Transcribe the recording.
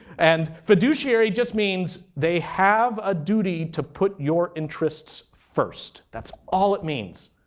and fiduciary just means they have a duty to put your interests first. that's all it means.